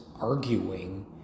arguing